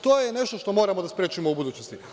To je nešto što moramo da sprečimo u budućnosti.